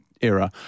Era